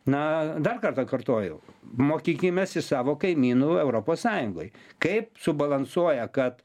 na dar kartą kartojau mokykimės iš savo kaimynų europos sąjungoj kaip subalansuoja kad